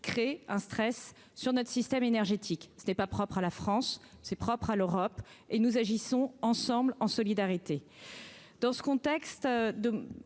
crée un stress sur notre système énergétique, ce n'est pas propre à la France, c'est propre à l'Europe et nous agissons ensemble en solidarité